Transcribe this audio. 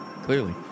clearly